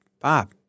Bob